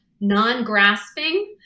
non-grasping